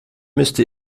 müsste